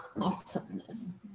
awesomeness